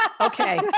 Okay